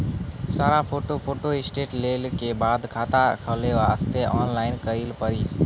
सारा photo photostat लेल के बाद खाता खोले वास्ते ऑनलाइन करिल पड़ी?